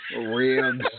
Ribs